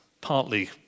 Partly